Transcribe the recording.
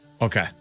Okay